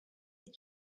had